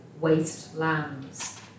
wastelands